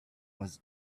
was